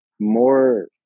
more